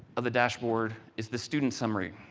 of the dashboard is the student summary.